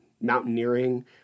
mountaineering